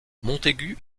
montaigu